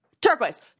turquoise